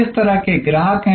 किस तरह के ग्राहक हैं